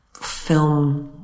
film